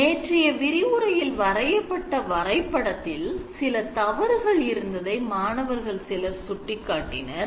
நேற்றைய விரிவுரையில் வரையப்பட்ட வரைபடத்தில் சில தவறுகள் இருந்ததை மாணவர்கள் சிலர் சுட்டிக்காட்டினார்